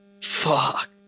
Fuck